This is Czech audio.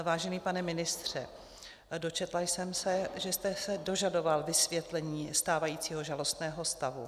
Vážený pane ministře, dočetla jsem se, že jste se dožadoval vysvětlení stávajícího žalostného stavu.